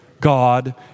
God